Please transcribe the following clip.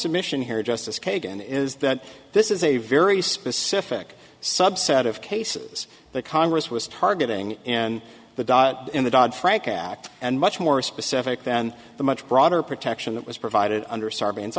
submission here justice kagan is that this is a very specific subset of cases that congress was targeting in the in the dodd frank act and much more specific than the much broader protection that was provided under sarbanes